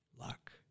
luck